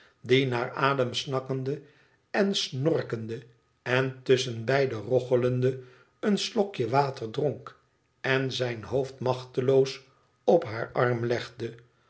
die naar adem snakkende en snorkende en tusschenbeide roggelende een slokje water dronk en zijn hoofd machteloos op haar arm legde